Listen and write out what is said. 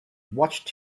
watched